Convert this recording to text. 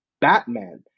Batman